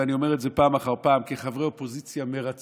ואני אומר את זה פעם אחר פעם: כחברי אופוזיציה מרצון,